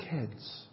kids